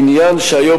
עניין שהיום